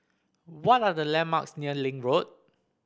what are the landmarks near Link Road